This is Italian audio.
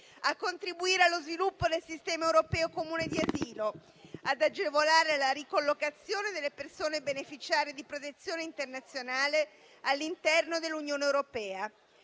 a contribuire allo sviluppo del sistema europeo comune di asilo; ad agevolare la ricollocazione delle persone beneficiarie di protezione internazionale all'interno dell'Unione europea.